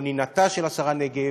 או נינתה של השרה רגב,